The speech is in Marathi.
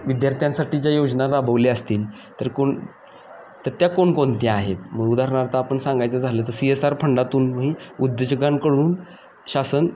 विद्यार्थ्यांसाठी ज्या योजना राबवल्या असतील तर कोण तर त्या कोणकोणत्या आहेत मग उदाहरणार्थ आपण सांगायचं झालं तर सी एस आर फंडातून ही उद्योजकांकडून शासन